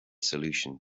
solution